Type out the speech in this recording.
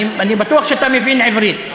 אני בטוח שאתה מבין עברית.